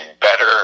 better